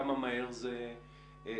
כמה מהר זה מתפשט.